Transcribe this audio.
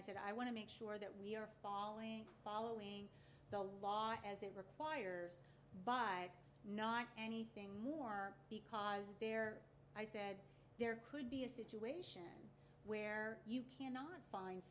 i said i want to make sure that we are following following the law as it requires by not anything more because there i said there could be a situation where you cannot